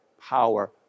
power